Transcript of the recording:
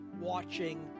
watching